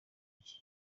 iki